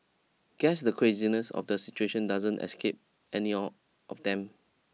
guess the craziness of the situation doesn't escape any or of them